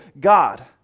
God